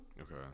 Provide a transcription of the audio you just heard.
Okay